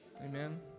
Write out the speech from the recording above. Amen